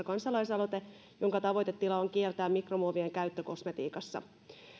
kansalaisaloite jonka tavoitetila on kieltää mikromuovien käyttö kosmetiikassa